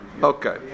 Okay